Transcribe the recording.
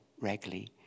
regularly